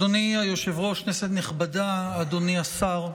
אדוני היושב-ראש, כנסת נכבדה, אדוני השר,